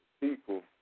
people